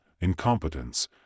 incompetence